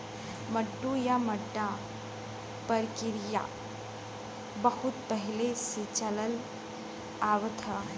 मड्डू या मड्डा परकिरिया बहुत पहिले से चलल आवत ह